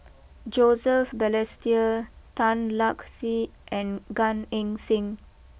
Joseph Balestier Tan Lark Sye and Gan Eng Seng